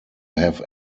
have